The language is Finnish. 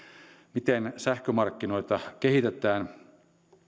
miten sähkömarkkinoita kehitetään